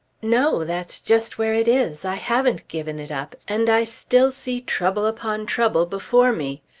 no that's just where it is. i haven't given it up, and i still see trouble upon trouble before me.